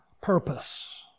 purpose